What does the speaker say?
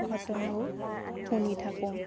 ঘটনাবোৰ শুনি থাকোঁ